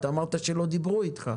אתה אמרת שלא דיברו איתך.